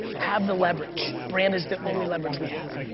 have the leverage. brand is the only leverage we have.